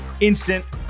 Instant